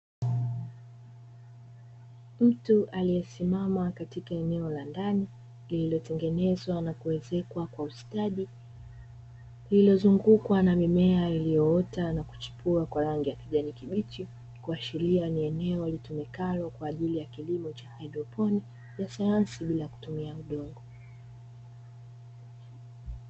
Mtu aliesimama katika eneo la ndani lililotengenezwa na kuezekwa kwa ustadi, lililozungukwa na mimea iliyoota na kuchipua kwa rangi ya kijani kibichi, kuashiria ni eneo litumikalo kwa ajili ya kilimo cha hydroponia ya sayansi bila kutumia udongo.